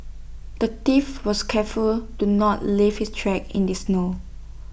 the thief was careful to not leave his tracks in the snow